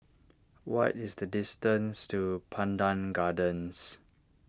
what is the distance to Pandan Gardens